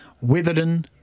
Witherden